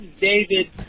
david